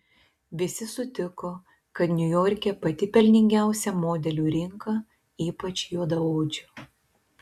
visi sutiko kad niujorke pati pelningiausia modelių rinka ypač juodaodžių